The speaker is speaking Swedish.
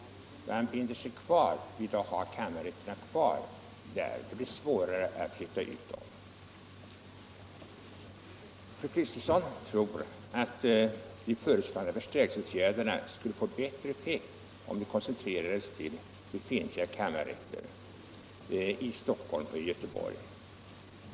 Man binder sig hårdare vid att ha kammarrätterna kvar där och sedan blir det än svårare att — Nr 121 flytta delar av dem. Fredagen den Fru Kristensson tror att de föreslagna förstärkningsåtgärderna skulle 7 maj 1976 få bättre effekt om de koncentrerades till de befintliga kammarrätterna = i Stockholm och Göteborg.